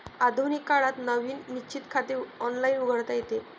आधुनिक काळात नवीन निश्चित खाते ऑनलाइन उघडता येते